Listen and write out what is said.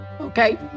okay